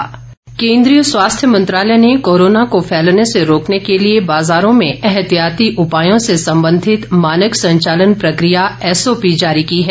SOP केन्द्रीय स्वास्थ्य मंत्रालय ने कोरोना को फैलने से रोकने के लिए बाजारों में ऐहतियाती उपायों से संबंधित मानक संचालन प्रक्रिया एसओपी जारी की हैं